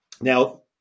Now